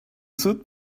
suit